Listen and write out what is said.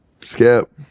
Skip